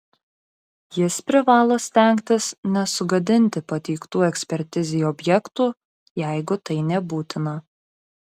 jis privalo stengtis nesugadinti pateiktų ekspertizei objektų jeigu tai nebūtina